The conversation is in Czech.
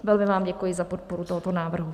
Velmi vám děkuji za podporu tohoto návrhu.